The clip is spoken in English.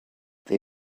they